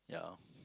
yeah